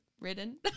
Ridden